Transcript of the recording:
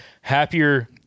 happier